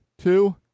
two